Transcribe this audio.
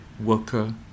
worker